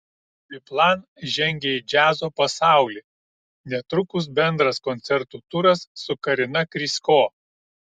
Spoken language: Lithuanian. biplan žengia į džiazo pasaulį netrukus bendras koncertų turas su karina krysko